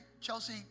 Chelsea